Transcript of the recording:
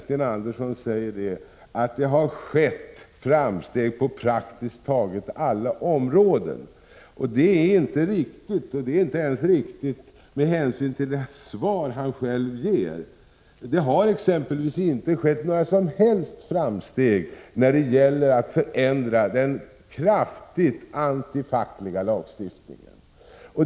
Sten Andersson sade att det har skett framsteg på praktiskt taget alla områden. Det är inte riktigt, inte ens med hänsyn till det svar han själv ger. Det har exempelvis inte skett några som helst framsteg när det gäller att förändra den kraftigt antifackliga lagstiftningen.